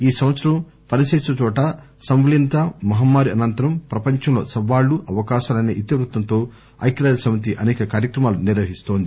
ఈ సంవత్సరం పనిచేసే చోట సంలీనత మహమ్మారి అనంతరం ప్రపంచంలో సవాళ్లు అవకాశాలు అసే ఇతివృత్తంతో ఐక్కరాజ్యసమితి అసేక కార్యక్రమాలు నిర్వహిస్తోంది